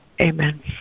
Amen